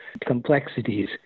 complexities